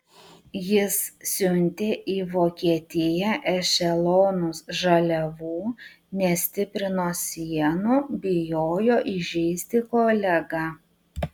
jis siuntė į vokietiją ešelonus žaliavų nestiprino sienų bijojo įžeisti kolegą